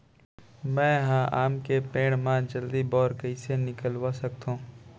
मैं ह आम के पेड़ मा जलदी बौर कइसे निकलवा सकथो?